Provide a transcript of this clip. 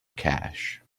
cash